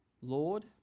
Lord